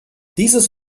dieses